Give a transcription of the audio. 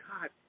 God